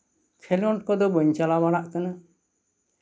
ᱠᱷᱮᱞᱚᱰ ᱠᱚᱫᱚ ᱵᱟᱹᱧ ᱪᱟᱞᱟᱣ ᱵᱟᱲᱟᱜ ᱠᱟᱱᱟ